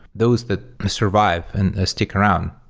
those that survive and stick around,